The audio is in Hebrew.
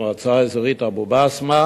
למועצה האזורית אבו-בסמה,